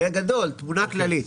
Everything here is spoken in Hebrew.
בגדול, תמונה כללית.